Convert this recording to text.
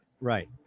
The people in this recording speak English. Right